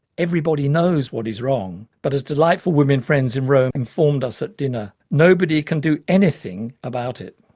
everybody knows what is wrong but as delightful women friends in rome informed us at dinner, nobody can do anything about it.